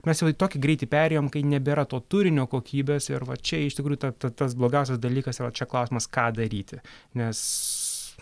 mes jau į tokį greitį perėjom kai nebėra to turinio kokybės ir va čia iš tikrųjų ta ta tas blogiausias dalykas yra čia klausimas ką daryti nes